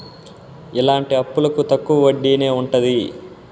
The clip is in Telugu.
ఇలాంటి అప్పులకు తక్కువ వడ్డీనే ఉంటది